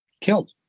killed